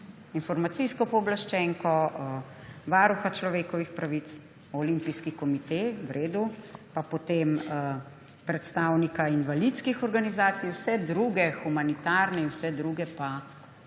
Informacijsko pooblaščenko, Varuha človekovih pravic, Olimpijski komite,v redu, pa potem predstavnika Invalidskih organizacij. Vse druge humanitarne in vse druge pa bomo vrgli